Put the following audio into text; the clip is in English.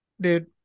dude